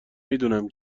میدونم